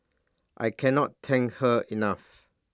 I cannot thank her enough